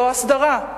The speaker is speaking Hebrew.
לא הסדרה,